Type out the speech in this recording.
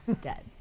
Dead